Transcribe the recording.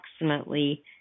approximately